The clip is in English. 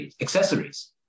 accessories